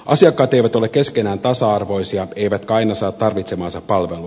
asiakkaat eivät ole keskenään tasa arvoisia eivätkä aina saa tarvitsemaansa palvelua